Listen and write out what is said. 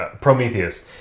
Prometheus